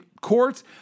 courts